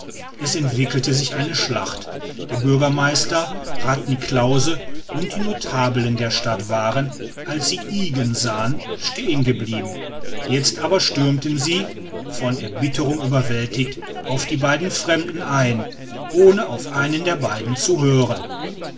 es entwickelte sich eine schlacht der bürgermeister rath niklausse und die notabeln der stadt waren als sie ygen sahen stehen geblieben jetzt aber stürmten sie von erbitterung überwältigt auf die beiden fremden ein ohne auf einen der beiden zu hören